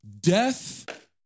death